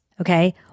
okay